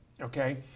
okay